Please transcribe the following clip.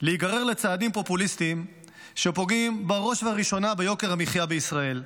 להיגרר לצעדים פופוליסטיים שפוגעים בראש ובראשונה ביוקר המחיה בישראל.